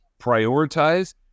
prioritize